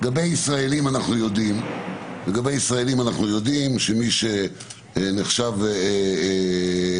לגבי ישראלים אנחנו יודעים שמי שנחשב מוגן,